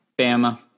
Bama